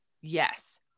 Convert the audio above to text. Yes